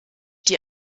die